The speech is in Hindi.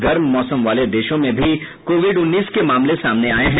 गर्म मौसम वाले देशों में भी कोविड उन्नीस के मामले सामने आए हैं